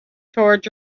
toward